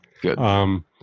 Good